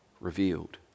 Revealed